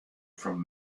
from